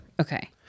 Okay